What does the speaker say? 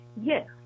Yes